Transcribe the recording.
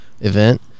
event